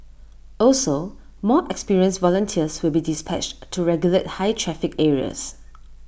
also more experienced volunteers will be dispatched to regulate high traffic areas